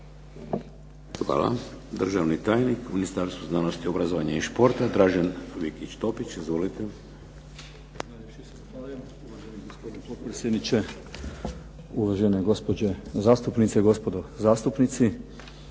Hvala. Državni tajnik u Ministarstvu znanosti, obrazovanja i športa, Dražen Vikić Topić. Izvolite. **Vikić Topić, Dražen** Zahvaljujem, gospodine potpredsjedniče. Uvažene gospođe zastupnice, gospodo zastupnici.